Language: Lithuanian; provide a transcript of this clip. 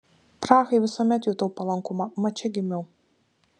prahai visuomet jutau palankumą mat čia gimiau